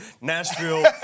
Nashville